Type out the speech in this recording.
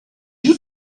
you